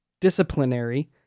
Disciplinary